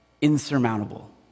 insurmountable